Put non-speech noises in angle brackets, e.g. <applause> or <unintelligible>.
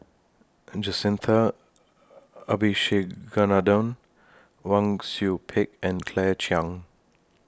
<unintelligible> Abisheganaden Wang Sui Pick and Claire Chiang